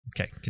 Okay